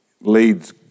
leads